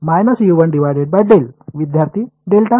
विद्यार्थी डेल्टा